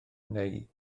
neu